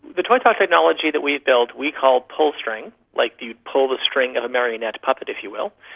the toytalk technology that we've built we call pull string, like you pull the string of a marionette puppet, if you will,